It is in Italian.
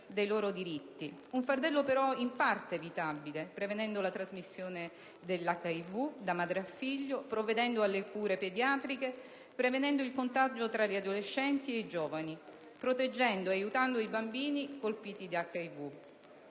dei loro diritti. Tale fardello, però, è in parte evitabile prevenendo la trasmissione dell'HIV da madre a figlio, provvedendo alle cure pediatriche, prevenendo il contagio tra gli adolescenti e i giovani, proteggendo ed aiutando i bambini colpiti da HIV.